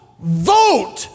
vote